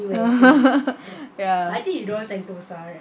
ya